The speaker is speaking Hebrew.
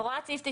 הוראת סעיף 93(ג)